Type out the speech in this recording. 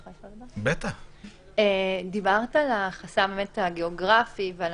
את דיברת באמת על החסם הגיאוגרפי ועל